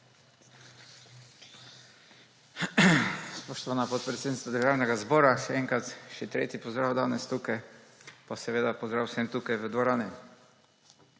Spoštovana podpredsednica Državnega zbora, še enkrat, še tretji pozdrav danes tukaj. Pa seveda pozdrav vsem tukaj v dvorani!